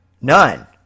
none